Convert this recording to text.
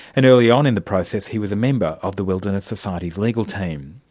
and early on in the process he was a member of the wilderness society's legal team.